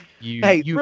hey